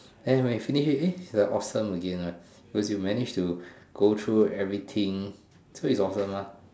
the when you finished it eh awesome again right because you managed to go through everything so it's awesome lah